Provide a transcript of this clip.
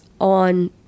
on